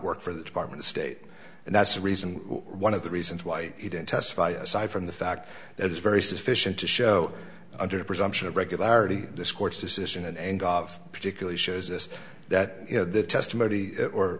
work for the department of state and that's a reason one of the reasons why he didn't testify aside from the fact that it's very sufficient to show under the presumption of regularity this court's decision and gov particularly shows this that the testimony or